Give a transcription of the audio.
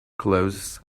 closes